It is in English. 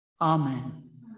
Amen